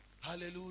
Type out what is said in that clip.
Hallelujah